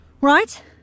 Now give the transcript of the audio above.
Right